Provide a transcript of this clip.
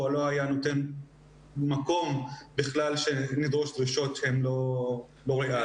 לא היה נותן מקום בכלל שנדרוש דרישות שהן לא ריאליות.